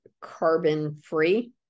carbon-free